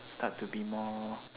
up to be more